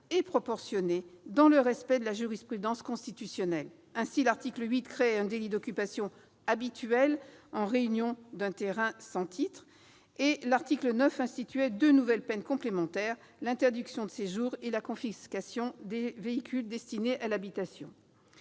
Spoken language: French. et proportionnées, dans le respect de la jurisprudence constitutionnelle. Ainsi, l'article 8 créait un délit d'occupation habituelle en réunion d'un terrain sans titre et l'article 9 instituait deux nouvelles peines complémentaires : l'interdiction de séjour et la confiscation des véhicules destinés à l'habitation.